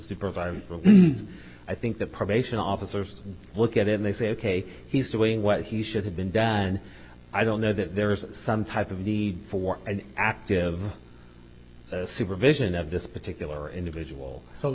supervisor and i think the probation officers look at it and they say ok he's doing what he should have been done i don't know that there is some type of need for an active supervision of this particular individual so